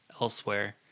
elsewhere